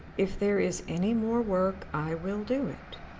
if there is any more work, i will do it.